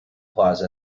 plaza